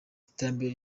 iterambere